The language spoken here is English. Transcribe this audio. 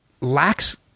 lacks